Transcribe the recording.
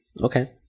Okay